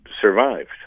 survived